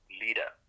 leader